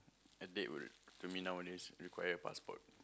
at date will you mean nowadays require passport